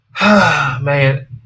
Man